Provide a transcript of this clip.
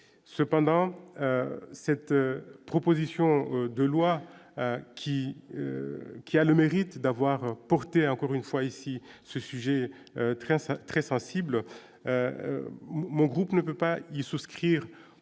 cependant, cette proposition de loi qui qui a le mérite d'avoir porté, encore une fois ici ce sujet très ça très sensible, mon groupe ne peut pas y souscrire